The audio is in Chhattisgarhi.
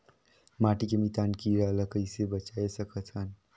माटी के मितान कीरा ल कइसे बचाय सकत हन?